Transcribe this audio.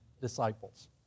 disciples